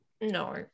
No